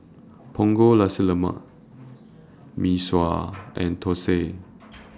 Punggol Nasi Lemak Mee Sua and Thosai